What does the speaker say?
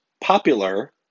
popular